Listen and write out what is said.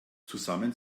zusammen